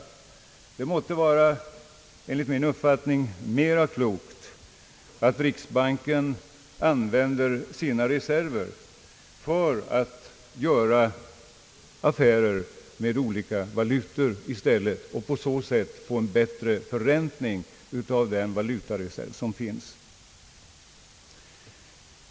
Det måste enligt min uppfattning vara mera klokt att riksbanken använder sina reserver för att göra affärer med värdepapper och valutor i stället, och på så sätt få en bättre förräntning av den valutareserv som finns.